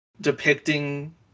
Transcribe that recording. depicting